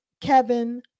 Kevin